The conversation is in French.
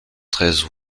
treize